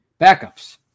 backups